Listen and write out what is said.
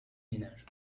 ménages